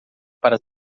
para